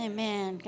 Amen